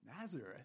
Nazareth